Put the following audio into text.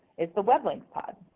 is the web link pod.